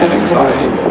anxiety